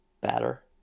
better